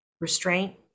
restraint